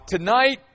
Tonight